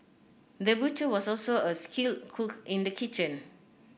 the butcher was also a skilled cook in the kitchen